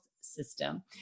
system